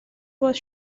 was